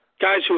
guys